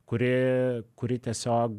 kuri kuri tiesiog